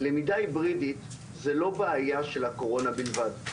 למידה היברידית זאת לא בעיה של הקורונה בלבד,